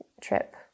trip